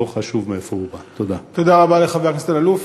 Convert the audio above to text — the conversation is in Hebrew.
לא חשוב מאיפה הוא בא.